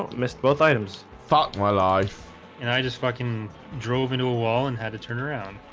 missed both items fuck my life and i just fucking drove into a wall and had to turn around